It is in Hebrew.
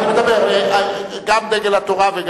אני מדבר גם על דגל התורה.